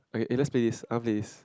okay eh let's play I wanna play this